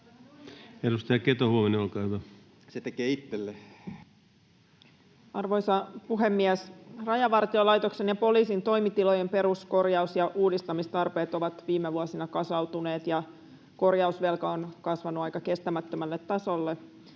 Edustaja Keto-Huovinen, olkaa hyvä. Arvoisa puhemies! Rajavartiolaitoksen ja poliisin toimitilojen peruskorjaus ja uudistamistarpeet ovat viime vuosina kasautuneet, ja korjausvelka on kasvanut aika kestämättömälle tasolle.